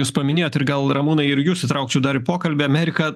jūs paminėjot ir gal ramūnai ir jus įtraukčiau dar į pokalbį amerika